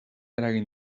eragin